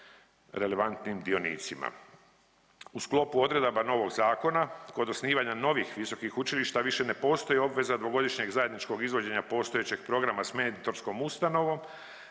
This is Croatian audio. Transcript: relevantnim dionicima. U sklopu odredaba novog zakona, kod osnivanja novih visokih učilišta, više ne postoji obveza dvogodišnjeg zajedničkog izvođenja postojećeg programa s mentorskom ustanovom,